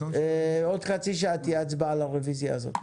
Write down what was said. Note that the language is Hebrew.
בעוד חצי שעה תהיה הצבעה על הרביזיה הזאת.